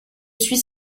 suis